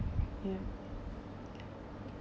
ya